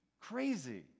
crazy